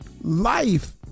Life